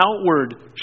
outward